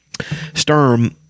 Sturm